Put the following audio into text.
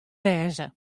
wêze